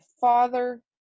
father